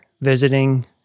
visiting